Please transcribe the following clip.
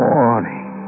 Morning